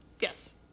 yes